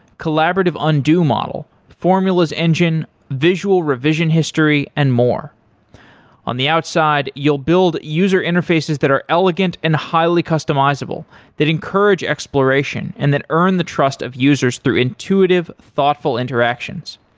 collaborative undo model, formulas engine, visual revision history and more on the outside, you'll build user interfaces that are elegant and highly customizable that encourage exploration and that earn the trust of users through intuitive thoughtful interactions.